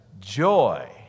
joy